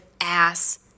ass